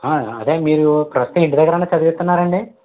అదే మీరు ప్రస్తుతం ఇంటి దగ్గరన్న చదివిస్తున్నారా అండి